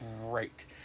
great